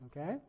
Okay